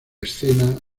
escena